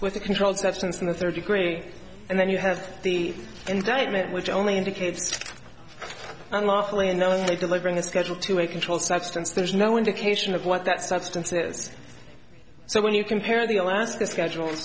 with a controlled substance in the third degree and then you have the indictment which only indicates unlawfully and knowingly delivering the schedule to a controlled substance there's no indication of what that substance is so when you compare the alaska schedules